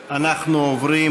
אנחנו עוברים